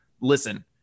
listen